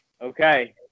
Okay